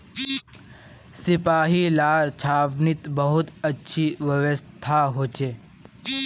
सिपाहि लार छावनीत बहुत अच्छी व्यवस्था हो छे